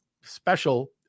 special